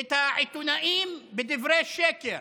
את העיתונאים בדברי שקר?